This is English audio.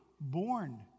born